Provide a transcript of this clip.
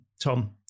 tom